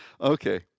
Okay